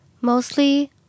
Mostly